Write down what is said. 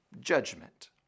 judgment